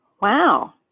Wow